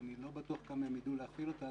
ואני לא בטוח כמה הם ידעו להפעיל אותה,